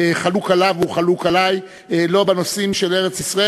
לא יילקחו בחשבון.